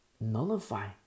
nullify